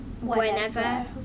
whenever